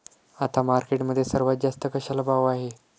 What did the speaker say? आता मार्केटमध्ये सर्वात जास्त कशाला भाव आहे?